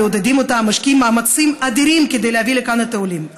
מעודדים אותה ומשקיעים מאמצים אדירים כדי להביא לכאן את העולים,